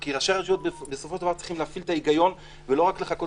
כי ראשי רשות בסופו של דבר צריכים להפעיל את ההיגיון ולא רק לחכות